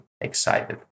excited